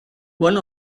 one